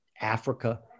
Africa